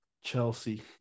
Chelsea